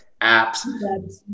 apps